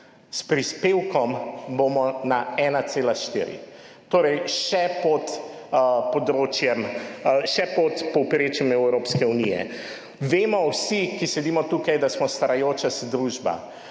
s prispevkom bomo na 1,4. Torej še pod področjem, še pod povprečjem Evropske unije. Vemo vsi, ki sedimo tukaj, da smo starajoča se družba.